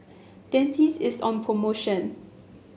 dentiste is on promotion